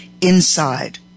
inside